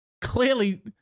clearly